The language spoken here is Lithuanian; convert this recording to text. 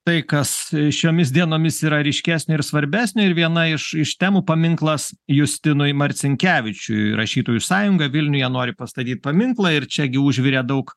tai kas šiomis dienomis yra ryškesnio ir svarbesnio ir viena iš iš temų paminklas justinui marcinkevičiui rašytojų sąjunga vilniuje nori pastatyt paminklą ir čia gi užvirė daug